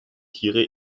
tiere